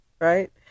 right